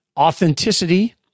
Authenticity